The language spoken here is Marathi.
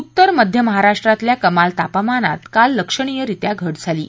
उत्तर मध्य महाराष्ट्रातल्या कमाल तापमानात काल लक्षणीयरित्या घट झाली आहे